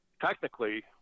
Technically